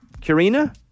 Karina